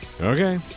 Okay